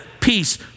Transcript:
peace